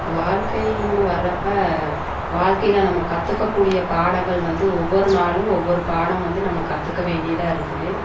வாழ்க்கையின்னு வர்றப்போ வாழ்க்கையில் நம்ம கற்றுக்கக்கூடிய பாடங்கள் வந்து ஒவ்வொரு நாளும் ஒவ்வொரு பாடம் வந்து நம்ம கற்றுக்க வேண்டியதாக இருக்குது